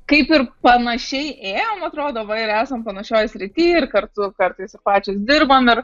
kaip ir panašiai ėjom atrodo va ir esam panašioj srity ir kartu kartais pačios dirbam ir